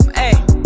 ayy